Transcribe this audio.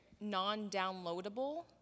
non-downloadable